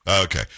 Okay